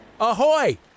Ahoy